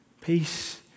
peace